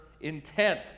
intent